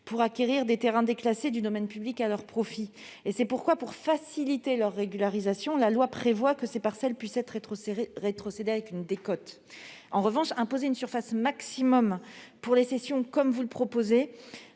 pour acquérir des terrains déclassés du domaine public à leur profit. Pour faciliter leur régularisation, la loi prévoit que ces parcelles puissent être rétrocédées avec une décote. En revanche, imposer une surface maximale pour les cessions, comme cela est proposé,